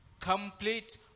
Complete